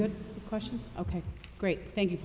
good questions ok great thank you